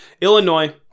Illinois